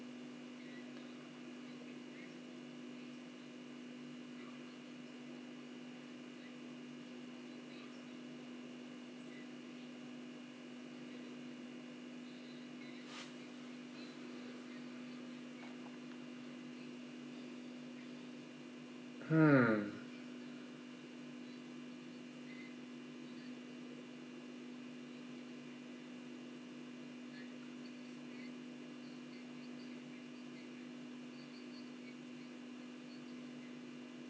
hmm